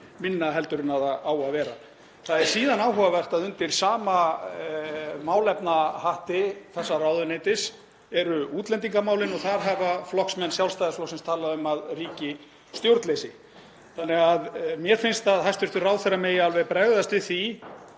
minna heldur en það á að vera. Það er síðan áhugavert undir sama málefnahatti þessa ráðuneytis eru útlendingamálin og þar hafa flokksmenn Sjálfstæðisflokksins talaði um að ríki stjórnleysi. Mér finnst að hæstv. ráðherra megi alveg bregðast við því